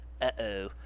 uh-oh